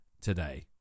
today